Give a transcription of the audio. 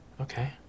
Okay